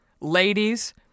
ladies